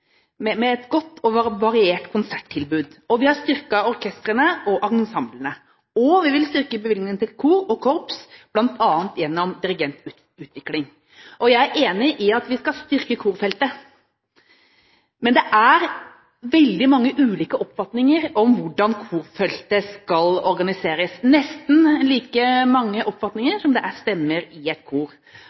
med et godt og variert konserttilbud, og vi har styrket orkestrene og ensemblene. Vi vil også styrke bevilgningene til kor og korps, bl.a. gjennom dirigentutvikling. Jeg er enig i at vi skal styrke korfeltet. Men det er veldig mange ulike oppfatninger av hvordan korfeltet skal organiseres – nesten like mange oppfatninger som det er stemmer i et kor.